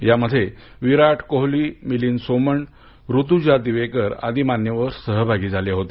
यामध्ये विराट कोहली मिलिंद सोमण ऋतुजा दिवेकर आदी मान्यवर सहभागी झाले होते